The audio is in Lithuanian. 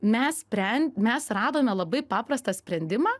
mes spren mes radome labai paprastą sprendimą